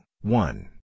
one